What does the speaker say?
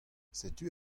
setu